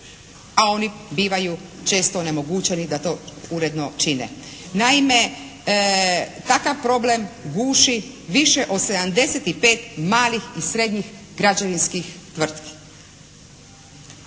a oni bivaju često onemogućeni da to uredno čine. Naime takav problem guši više od 75 malih i srednjih građevinskih tvrtki.